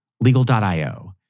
Legal.io